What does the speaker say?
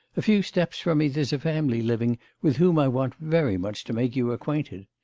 a few steps from me there's a family living with whom i want very much to make you acquainted.